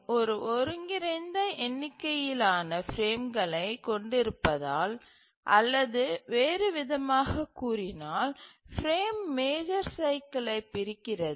M ஒரு ஒருங்கிணைந்த எண்ணிக்கையிலான பிரேம்களைக் கொண்டிருப்பதால் அல்லது வேறுவிதமாகக் கூறினால் பிரேம் மேஜர் சைக்கிலை பிரிக்கிறது